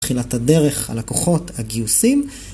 תחילת הדרך על הלקוחות הגיוסים